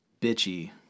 bitchy